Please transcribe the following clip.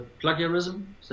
plagiarism